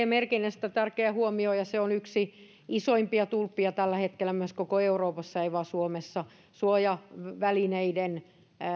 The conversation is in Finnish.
merkinnästä tehtiin tärkeä huomio ja se on yksi isoimmista tulpista tällä hetkellä myös koko euroopassa ei vain suomessa tällaisen suojavälineiden